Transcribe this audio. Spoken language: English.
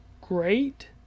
great